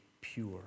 pure